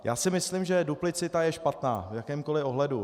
Já si myslím, že duplicita je špatná v jakémkoli ohledu.